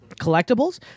collectibles